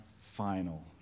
final